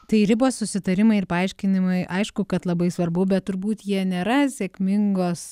tai ribos susitarimai ir paaiškinimai aišku kad labai svarbu bet turbūt jie nėra sėkmingos